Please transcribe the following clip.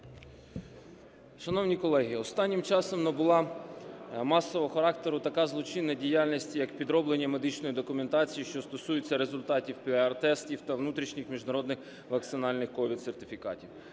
Шановні колеги, останнім часом набула масового характеру така злочинна діяльність як підроблення медичної документації, що стосується результатів ПЛР-тестів та внутрішніх, міжнародних вакцинальних COVID-сертифікатів.